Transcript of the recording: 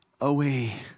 away